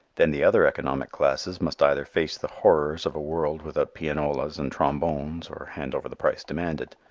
then the other economic classes must either face the horrors of a world without pianolas and trombones, or hand over the price demanded.